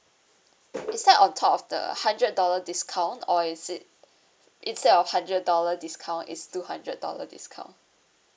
is that on top of the hundred dollar discount or is it instead of hundred dollar discount is two hundred dollar discount